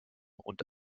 und